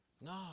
No